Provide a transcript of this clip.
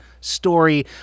story